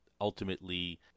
ultimately